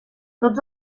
tots